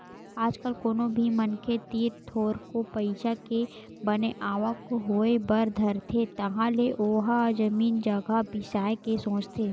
आज कल कोनो भी मनखे तीर थोरको पइसा के बने आवक होय बर धरथे तहाले ओहा जमीन जघा बिसाय के सोचथे